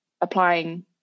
applying